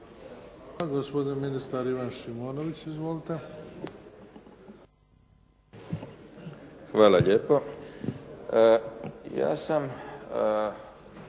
Hvala lijepo. Ja sam 4.